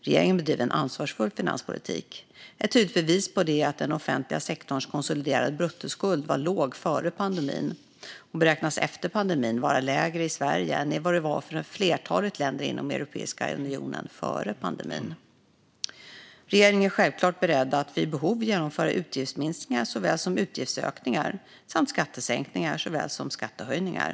Regeringen bedriver en ansvarsfull finanspolitik. Ett tydligt bevis på detta är att den offentliga sektorns konsoliderade bruttoskuld var låg före pandemin och att den efter pandemin beräknas vara lägre i Sverige än vad den var för flertalet länder inom Europeiska unionen före pandemin. Regeringen är självklart beredd att vid behov genomföra utgiftsminskningar såväl som utgiftsökningar och skattesänkningar såväl som skattehöjningar.